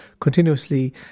Continuously